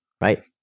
Right